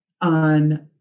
on